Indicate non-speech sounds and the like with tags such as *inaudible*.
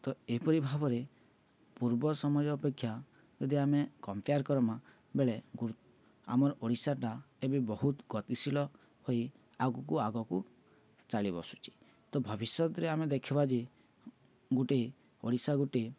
ତ ଏହିପରି ଭାବରେ ପୂର୍ବ ସମୟ ଅପେକ୍ଷା ଯଦି ଆମେ କମ୍ପେୟାର୍ କର୍ମା ବେଳେ *unintelligible* ଆମର୍ ଓଡ଼ିଶାଟା ଏବେ ବହୁତ ଗତିଶୀଳ ହୋଇ ଆଗକୁ ଆଗକୁ ଚାଲି ବସୁଛି ତ ଭବିଷ୍ୟତରେ ଆମେ ଦେଖିବା ଯେ ଗୁଟେ ଓଡ଼ିଶା ଗୋଟେ